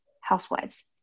housewives